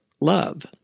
love